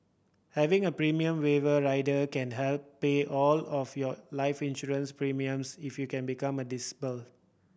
having a premium waiver rider can help pay all of your life insurance premiums if you can become disabled